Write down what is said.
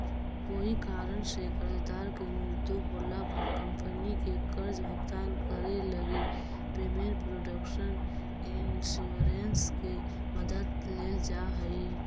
कोई कारण से कर्जदार के मृत्यु होला पर कंपनी के कर्ज भुगतान करे लगी पेमेंट प्रोटक्शन इंश्योरेंस के मदद लेल जा हइ